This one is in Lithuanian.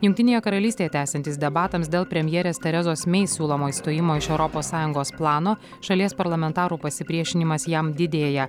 jungtinėje karalystėje tęsiantis debatams dėl premjerės terezos mey siūlomo išstojimo iš europos sąjungos plano šalies parlamentarų pasipriešinimas jam didėja